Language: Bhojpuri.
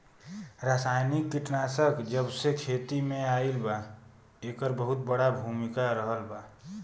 रासायनिक कीटनाशक जबसे खेती में आईल बा येकर बहुत बड़ा भूमिका रहलबा